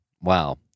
Wow